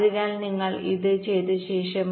അതിനാൽ നിങ്ങൾ ഇത് ചെയ്ത ശേഷം